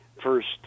first